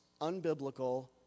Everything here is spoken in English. unbiblical